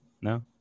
No